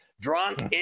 drunk